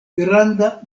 granda